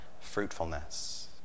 fruitfulness